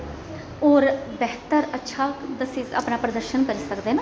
होर बेहतर अच्छा दस्सी सक अपना प्रदर्शन करी सकदे न